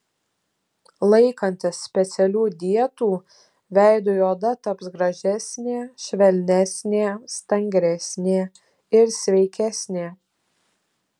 laikantis specialių dietų veidui oda taps gražesnė švelnesnė stangresnė ir sveikesnė